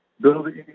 building